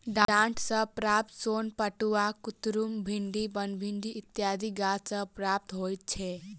डांट सॅ प्राप्त सोन पटुआ, कुतरुम, भिंडी, बनभिंडी इत्यादि गाछ सॅ प्राप्त होइत छै